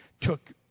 took